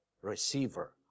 Receiver